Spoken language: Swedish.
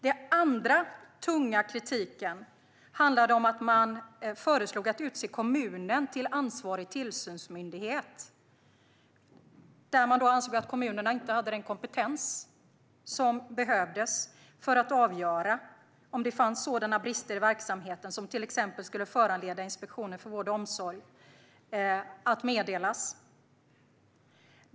Den andra tunga kritiken handlade om förslaget att kommunen skulle utses till ansvarig tillsynsmyndighet, där kommunerna inte ansågs ha den kompetens som behövs för att avgöra om det finns sådana brister i verksamheten som till exempel skulle föranleda att Inspektionen för vård och omsorg meddelas.